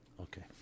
Okay